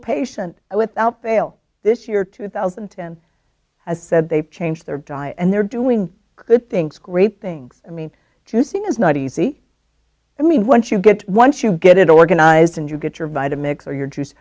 patient without fail this year two thousand and ten has said they've changed their diet and they're doing good things great things i mean to sing is not easy i mean once you get once you get it organized and you get your vita mixer your juice